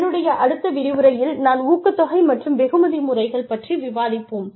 என்னுடைய அடுத்த விரிவுரையில் நான் ஊக்கத்தொகை மற்றும் வெகுமதி முறைகள் பற்றி விவாதிப்போம்